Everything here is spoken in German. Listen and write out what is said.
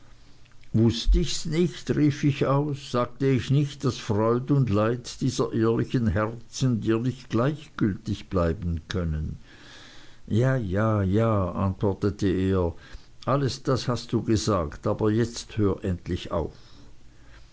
wußte ichs nicht rief ich aus sagte ich nicht daß freud und leid dieser ehrlichen herzen dir nicht gleichgültig bleiben können ja ja ja antwortete er alles das hast du gesagt aber jetzt hör endlich auf